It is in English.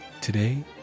Today